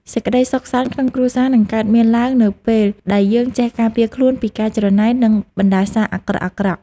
សេចក្តីសុខសាន្តក្នុងគ្រួសារនឹងកើតមានឡើងនៅពេលដែលយើងចេះការពារខ្លួនពីការច្រណែននិងបណ្តាសាអាក្រក់ៗ។